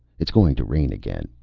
it's going to rain again,